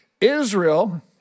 Israel